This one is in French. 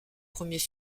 premiers